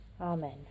Amen